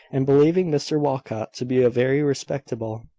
and believing mr walcot to be a very respectable,